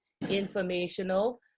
informational